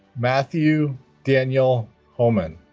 matthew daniel homan